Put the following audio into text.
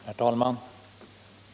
Herr talman!